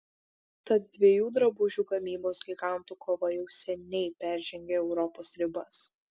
tad dviejų drabužių gamybos gigantų kova jau seniai peržengė europos ribas